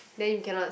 then you cannot